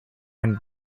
and